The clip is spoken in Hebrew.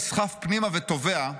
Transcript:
נסחף פנימה וטובע,